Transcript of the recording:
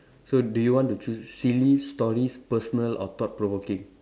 so do you want to choose silly stories personal or thought provoking